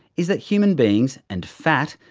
is that human beings, and fat,